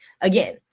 Again